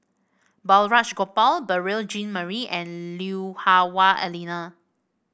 Balraj Gopal Beurel Jean Marie and Lui Hah Wah Elena